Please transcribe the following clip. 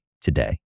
today